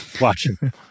Watching